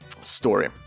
Story